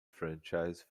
franchise